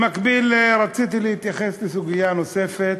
במקביל, רציתי להתייחס לסוגיה נוספת,